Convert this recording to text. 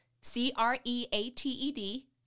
C-R-E-A-T-E-D